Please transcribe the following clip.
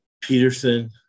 Peterson